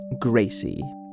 Gracie